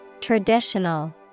Traditional